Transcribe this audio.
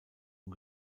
und